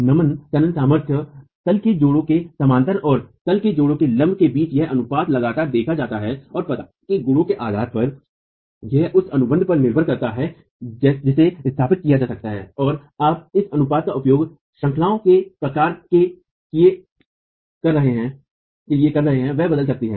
नमन तनन सामर्थ्य तल के जोड़ों के समान्तर और तल के जोड़ों के लम्ब के बीच यह अनुपात लगातार देखा जाता है और पदार्थ के गुणों के आधार पर यह उस अनुबंध पर निर्भर करता है जिसे स्थापित किया जा सकता है और आप इस अनुपात का उपयोग श्रेणियोंश्रंखलाओं के प्रकार के किये कर रहे है वह बदल सकती है